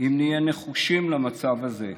אם נהיה נחושים במצב הזה.